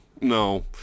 No